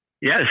Yes